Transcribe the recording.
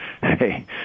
Hey